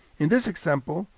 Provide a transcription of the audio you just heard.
in this example,